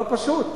לא פשוט.